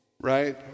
right